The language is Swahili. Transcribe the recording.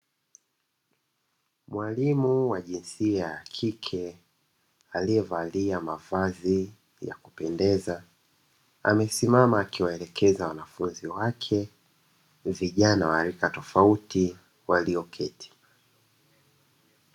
Mwalimu wa jinsia ya kike aliyevalia mavazi ya kupendeza, amesimama akiwaelekeza wanafunzi wake, vijana wa rika tofauti walioketi.